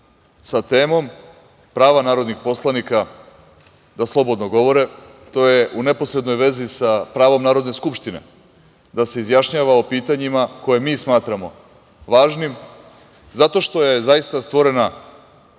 sa temom prava narodnih poslanika da slobodno govore, to je u neposrednoj vezi sa pravom Narodne skupštine da se izjašnjava o pitanjima koja mi smatramo važnim. Zato što je zaista stvorena